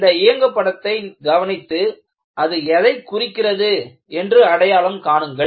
இந்த இயங்கு படத்தை கவனித்து அது எதைக் குறிக்கிறது என்று அடையாளம் காணுங்கள்